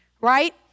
right